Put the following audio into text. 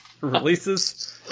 releases